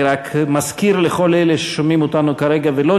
אני רק מזכיר לכל אלה ששומעים אותנו כרגע ולא